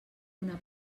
donar